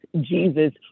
Jesus